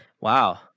Wow